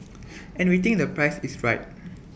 and we think the price is right